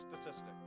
statistic